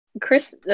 Chris-